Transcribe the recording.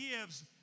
gives